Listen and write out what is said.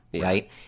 right